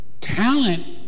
Talent